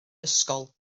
ysgol